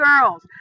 girls